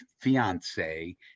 fiance